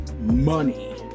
Money